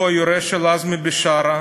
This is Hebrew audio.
אותו יורש של עזמי בשארה,